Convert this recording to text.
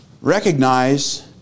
Recognize